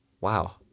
wow